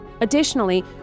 Additionally